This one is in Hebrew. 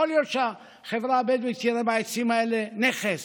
יכול להיות שהחברה הבדואית תראה בעצים האלה נכס